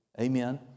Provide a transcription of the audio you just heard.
Amen